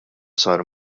sar